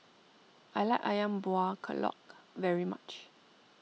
I like Ayam Buah Keluak very much